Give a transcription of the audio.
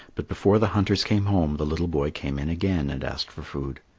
but before the hunters came home, the little boy came in again and asked for food.